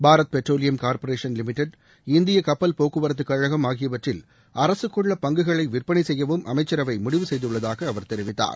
Bharat Petroleum Corporation Limited இந்திய கப்பல் போக்குவரத்து கழகம் ஆகியவற்றில் அரசுக்குள்ள பங்குகளை விற்பனை செய்யவும் அமைச்சரவை முடிவு செய்துள்ளதாக அவா தெரிவித்தார்